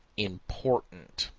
important.